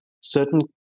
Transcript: certain